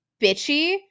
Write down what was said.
bitchy